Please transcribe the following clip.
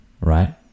right